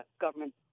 government